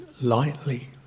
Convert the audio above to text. lightly